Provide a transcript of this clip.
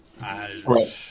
Right